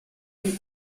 les